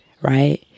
right